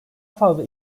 fazla